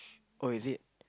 oh is it